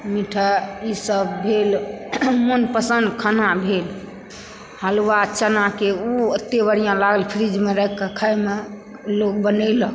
meat ईसभ भेल मनपसन्द खाना भेल हलवा चनाके ओ एतेक बढ़िआँ लागल फ्रिजमे राखिके खाइमे लोग बनेलक